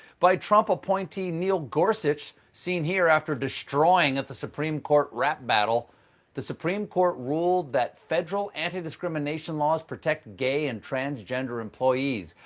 by trump appointee neil gorsuch, seen here after destroying at the supreme court rap battle the supreme court ruled that federal anti-discrimination laws protect gay and transgender employees.